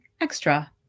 extra